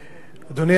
אדוני השר,